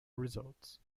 results